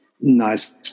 nice